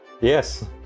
Yes